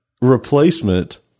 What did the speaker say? replacement